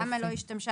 למה לא השתמשה,